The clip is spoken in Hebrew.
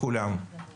לא מדברים כולם ביחד.